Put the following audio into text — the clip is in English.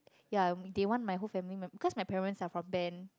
yeah they want my whole family members cause my parents are from band